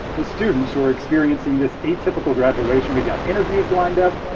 the students who are experiencing this atypical graduation. we've got interviews lined up,